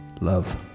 Love